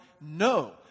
No